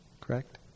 Correct